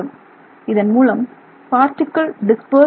இதன் மூலம் பார்டிகிள் பரவுகிறது